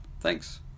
Thanks